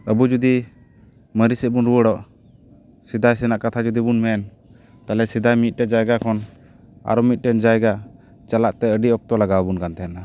ᱟᱵᱚ ᱡᱩᱫᱤ ᱢᱟᱨᱮ ᱥᱮᱫ ᱵᱚᱱ ᱨᱩᱣᱟᱹᱲᱚᱜ ᱥᱮᱫᱟᱭ ᱥᱮᱱᱟᱜ ᱠᱟᱛᱷᱟ ᱡᱩᱫᱤ ᱵᱚᱱ ᱢᱮᱱ ᱛᱟᱦᱞᱮ ᱥᱮᱫᱟᱭ ᱢᱤᱫᱴᱮᱱ ᱡᱟᱭᱜᱟ ᱠᱷᱚᱱ ᱟᱨᱚ ᱢᱤᱫᱴᱮᱱ ᱡᱟᱭᱜᱟ ᱪᱟᱞᱟᱜ ᱛᱮ ᱟᱹᱰᱤ ᱚᱠᱛᱚ ᱞᱟᱜᱟᱣ ᱵᱚᱱ ᱠᱟᱱ ᱛᱟᱦᱮᱱᱟ